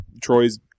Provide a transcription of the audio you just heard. Troy's